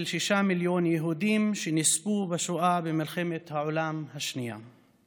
שישה מיליון יהודים שנספו בשואה במלחמת העולם השנייה.